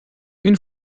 une